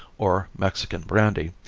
or mexican brandy,